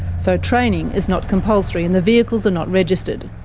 so training is not compulsory, and the vehicles are not registered.